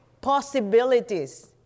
possibilities